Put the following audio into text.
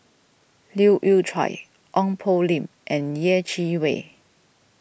Leu Yew Chye Ong Poh Lim and Yeh Chi Wei